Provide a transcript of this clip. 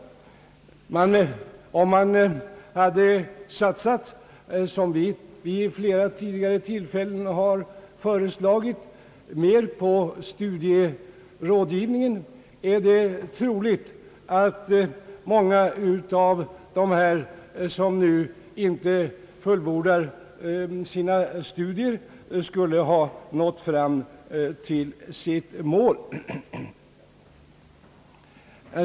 Om man hade satsat — som vi vid flera tillfällen har föreslagit — mera på studierådgivning är det troligt att många av dem som nu inte fullbordar sina studier skulle ha nått fram till sitt mål.